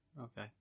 okay